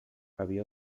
había